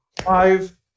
five